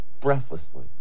breathlessly